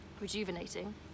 rejuvenating